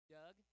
Doug